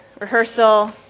rehearsal